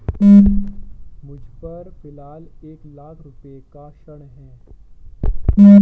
मुझपर फ़िलहाल एक लाख रुपये का ऋण है